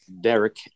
Derek